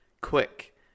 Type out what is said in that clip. Quick